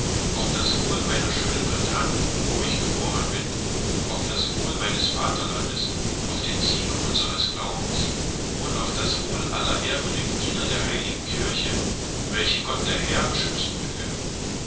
auf das wohl meiner schönen bretagne wo ich geboren bin auf das wohl meines vaterlandes auf den sieg unsers glaubens und auf das wohl aller ehrwürdigen diener der heiligen kirche welche gott der herr beschützen möge